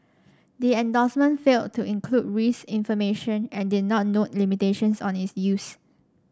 the endorsement failed to include risk information and did not note limitations on its use